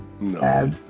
No